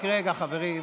רק רגע, חברים.